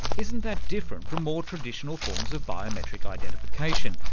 isn't that different from more traditional forms of biometric identification,